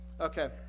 Okay